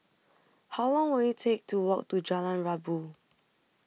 How Long Will IT Take to Walk to Jalan Rabu